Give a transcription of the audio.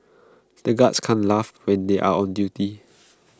the guards can't laugh when they are on duty